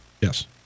Yes